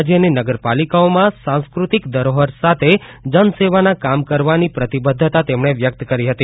રાજયની નગરપાલિકાઓમાં સાંસ્કૃતિક ધરોહર સાથે જન સેવાના કામ કરવાની પ્રતિબધ્ધતા તેમણે વ્યકત કરી હતી